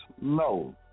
No